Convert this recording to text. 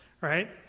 right